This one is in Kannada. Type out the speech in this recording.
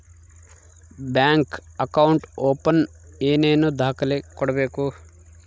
ಬ್ಯಾಂಕ್ ಅಕೌಂಟ್ ಓಪನ್ ಏನೇನು ದಾಖಲೆ ಕೊಡಬೇಕು?